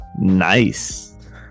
Nice